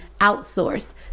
outsource